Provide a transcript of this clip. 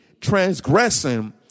transgressing